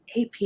AP